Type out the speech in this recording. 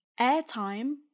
airtime